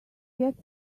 gets